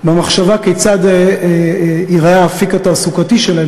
במחשבה כיצד ייראה האפיק התעסוקתי שלהם